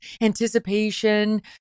anticipation